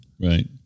Right